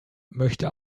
möchte